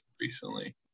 recently